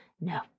no